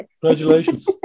congratulations